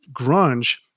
grunge